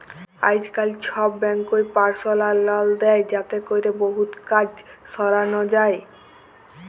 আইজকাল ছব ব্যাংকই পারসলাল লল দেই যাতে ক্যরে বহুত গুলান কাজ সরানো যায়